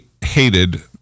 hated